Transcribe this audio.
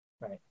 Right